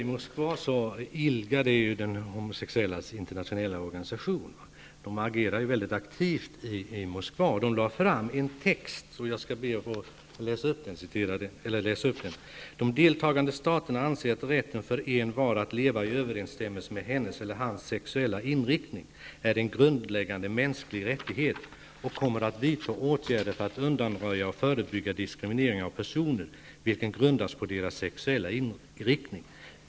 I Moskva agerade ILGA, de homosexuellas internationella organisation, väldigt aktivt och lade fram en text, som jag skall be att få läsa upp: ”De deltagande staterna anser att rätten för envar att leva i överensstämmelse med hennes eller hans sexuella inriktning är en grundläggande mänsklig rättighet och kommer att vidta åtgärder för att undanröja och förebygga diskriminering av personer vilken grundas på deras sexuella inriktning.